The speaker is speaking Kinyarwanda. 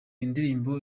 indirimbo